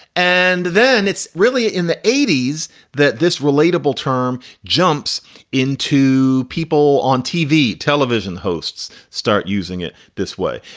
and then it's really in the eighty s that this relatable term jumps in to people on tv. television hosts start using it this way.